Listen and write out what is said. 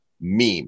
meme